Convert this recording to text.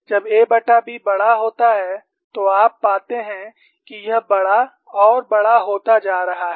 जब aबी बड़ा होता है तो आप पाते हैं कि यह बड़ा और बड़ा होता जा रहा है